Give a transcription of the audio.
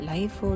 Life